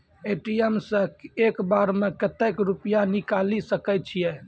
ATM सऽ एक बार म कत्तेक रुपिया निकालि सकै छियै?